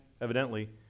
evidently